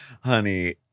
Honey